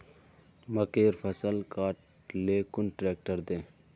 मकईर फसल काट ले कुन ट्रेक्टर दे?